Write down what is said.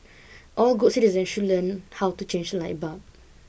all good citizens should learn how to change a light bulb